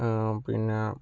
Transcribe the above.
ആ പിന്നെ